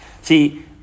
See